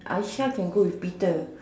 Aisha can go with Peter